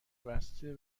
بسته